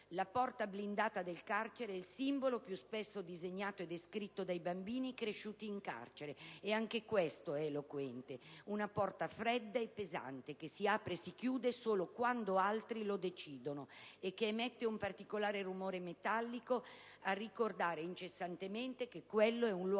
La porta blindata del carcere è il simbolo più spesso disegnato e descritto dai bambini cresciuti in carcere (anche ciò è eloquente): una porta fredda e pesante, che si apre e si chiude solo quando altri lo decidono e che emette un particolare rumore metallico, a ricordare incessantemente che quello è un luogo dove la libertà